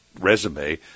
resume